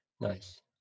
Nice